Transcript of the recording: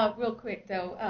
ah real quick though,